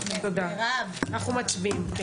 תודה, אנחנו מצביעים.